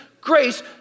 grace